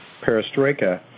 Perestroika